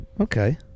Okay